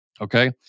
okay